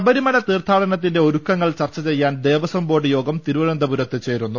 ശബരിമല തീർത്ഥാടനത്തിന്റെ ഒരുക്കങ്ങൾ ചർച്ച ചെയ്യാൻ ദേവസ്വം ബോർഡ് യോഗം തിരുവനന്ത പുരത്ത് ചേരുന്നു